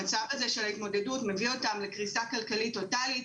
המצב הזה של ההתמודדות מביא אותם לקריסה כלכלית טוטלית,